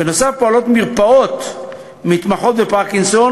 בנוסף פועלות מרפאות המתמחות בפרקינסון